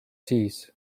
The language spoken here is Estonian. siis